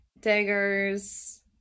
daggers